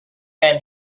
and